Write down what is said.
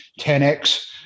10x